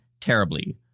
terribly